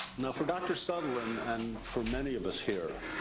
now, for dr. sutherland, and for many of us here,